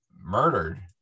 murdered